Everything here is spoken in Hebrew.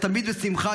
תמיד בשמחה,